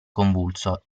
convulso